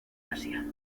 asia